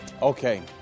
Okay